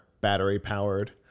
battery-powered